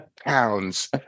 pounds